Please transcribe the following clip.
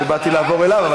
אני עמדתי לעבור אליו,